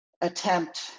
attempt